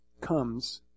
comes